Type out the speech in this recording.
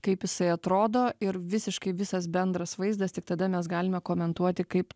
kaip jisai atrodo ir visiškai visas bendras vaizdas tik tada mes galime komentuoti kaip